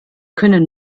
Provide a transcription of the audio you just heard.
können